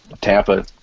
Tampa